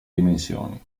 dimensioni